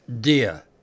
Dear